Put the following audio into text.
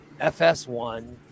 FS1